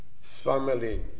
family